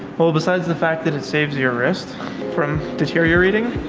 well besides the fact that it saves your wrist from deteriorating